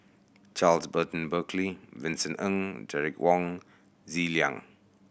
Charles Burton Buckley Vincent Ng Derek Wong Zi Liang